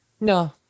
No